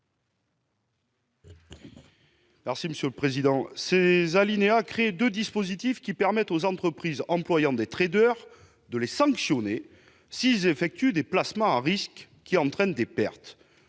M. Fabien Gay. Ces alinéas créent deux dispositifs qui permettent aux entreprises employant des traders de les sanctionner s'ils effectuent des placements à risque qui entraînent des pertes.